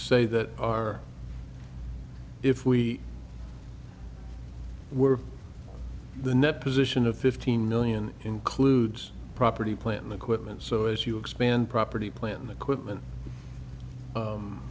say that our if we were the net position of fifteen million includes property plant and equipment so if you expand property plant and equipment